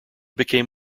became